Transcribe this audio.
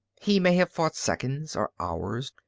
he may have fought seconds or hours.